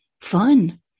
fun